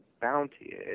bounty